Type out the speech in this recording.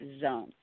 zone